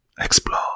Explore